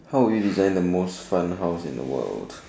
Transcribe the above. how would you design the most fun house in the world